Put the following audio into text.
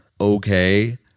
okay